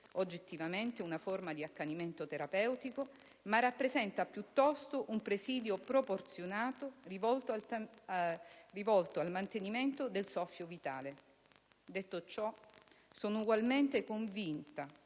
oggettivamente una forma di accanimento terapeutico, ma rappresenta piuttosto un presidio proporzionato rivolto al mantenimento del soffio vitale". Detto ciò, sono ugualmente convinta